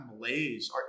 malaise